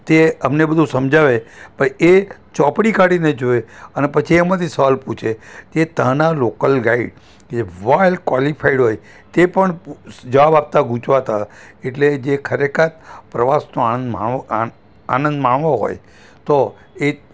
તે અમને બધું સમજાવે પણ એ ચોપડી કાઢીને જોવે અને પછી એમાંથી સવાલ પૂછે એ ત્યાંના લોકલ ગાઈડ કે જે વલ્ડ કોલિફાઇડ હોય તે પણ જવાબ આપતા ગુંજવાતા એટલે જે ખરેખર પ્રવાસનો આનંદ માણવો હોય તો એ જ